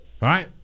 right